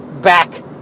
back